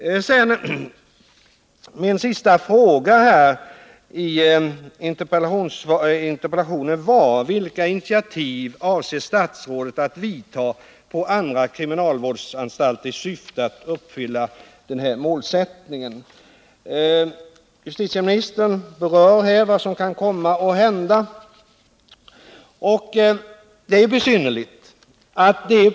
Min sista fråga i interpellationen löd: Vilka initiativ avser statsrådet att vidta på andra kriminalvårdsanstalter i syfte att uppfylla den målsättning som riksdagen lade fast 1978 om bekämpning av narkotikamissbruk? Justitieministern berör vad som kan komma att hända.